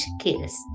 kills